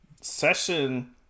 session